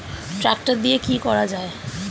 Tractor দিয়ে কি করা যায়?